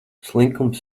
slinkums